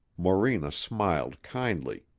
morena smiled kindly.